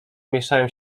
mieszają